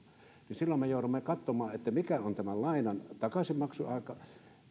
silloin me joudumme katsomaan mikä on tämän lainan takaisinmaksuaika